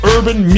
Urban